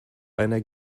einer